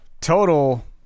total